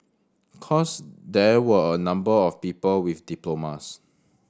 course there were a number of people with diplomas